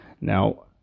Now